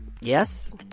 yes